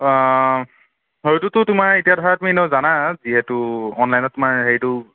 অ সেইটোটো তোমাৰ এতিয়া ধৰা তুমি এনেও জানা যিহেতু অনলাইনত তোমাৰ হেৰিটো